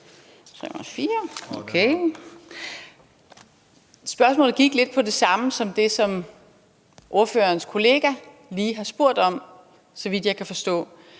Spørgsmålet går lidt på det samme som det, spørgerens kollega lige har spurgt om, så vidt jeg kan forstå,